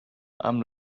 amb